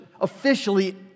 officially